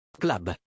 Club